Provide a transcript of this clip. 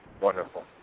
wonderful